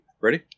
Ready